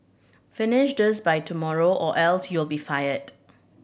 finish this by tomorrow or else you'll be fired